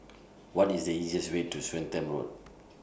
What IS The easiest Way to Swettenham Road